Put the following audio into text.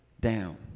down